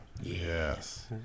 Yes